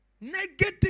Negative